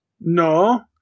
No